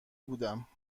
بودم